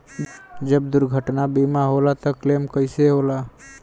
जब दुर्घटना बीमा होला त क्लेम कईसे होला?